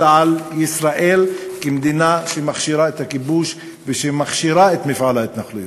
אלא על ישראל כמדינה שמכשירה את הכיבוש ושמכשירה את מפעל ההתנחלויות,